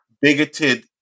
bigoted